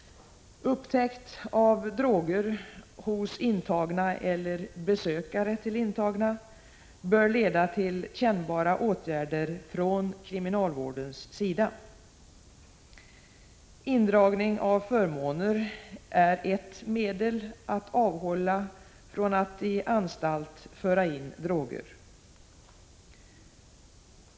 Upptäckt av droger hos intagna eller besökare till intagna bör leda till kännbara åtgärder från kriminalvårdens sida. Indragning av förmåner är ett medel att avhålla från att i anstalt föra in droger.